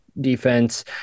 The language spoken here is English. defense